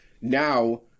now